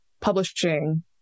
publishing